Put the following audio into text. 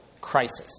Crisis